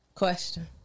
question